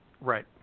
Right